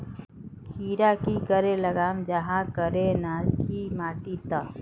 खीरा की करे लगाम जाहाँ करे ना की माटी त?